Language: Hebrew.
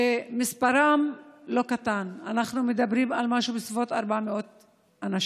שמספרם לא קטן, אנחנו מדברים על כ-400 אנשים.